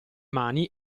mani